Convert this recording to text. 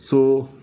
so